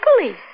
police